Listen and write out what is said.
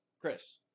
Chris